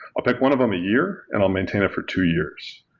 i'll pick one of them a year and i'll maintain it for two years.